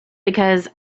because